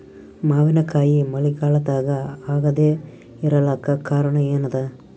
ಮಾವಿನಕಾಯಿ ಮಳಿಗಾಲದಾಗ ಆಗದೆ ಇರಲಾಕ ಕಾರಣ ಏನದ?